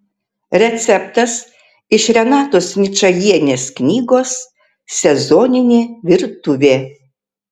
receptas iš renatos ničajienės knygos sezoninė virtuvė